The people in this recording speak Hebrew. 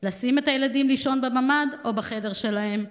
לשים את הילדים לישון בממ"ד או בחדר שלהם?